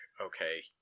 okay